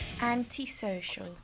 Anti-social